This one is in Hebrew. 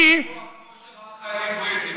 סיפוח, כמו שראה חיילים בריטים.